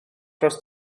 dros